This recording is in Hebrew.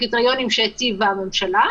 בקטנים,